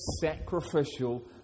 sacrificial